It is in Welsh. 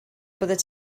byddet